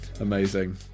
Amazing